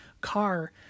car